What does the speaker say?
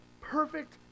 perfect